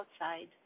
outside